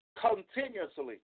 continuously